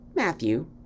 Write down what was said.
Matthew